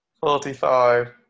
forty-five